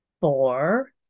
four